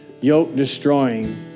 yoke-destroying